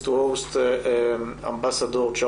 (תרגום חופשי מאנגלית) אנחנו שמחים לארח את אמבסדור צ'אודורי,